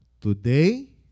Today